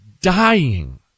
dying